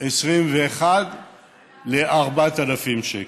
2021 לקצבה של 4,000 שקל.